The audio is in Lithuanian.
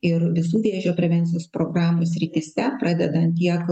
ir visų vėžio prevencijos programų srityse pradedant tiek